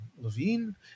Levine